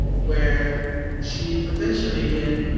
where she potentially and